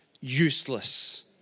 useless